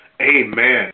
Amen